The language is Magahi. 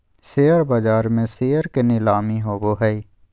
शेयर बाज़ार में शेयर के नीलामी होबो हइ